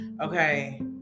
okay